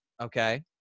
okay